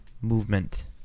movement